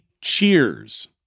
cheers